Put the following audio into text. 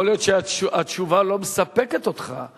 יכול להיות שהתשובה לא מספקת אותך.